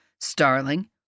Starling